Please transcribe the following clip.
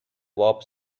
warp